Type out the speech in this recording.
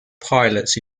pilots